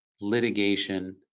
litigation